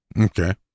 Okay